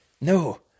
no